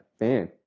man